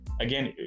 again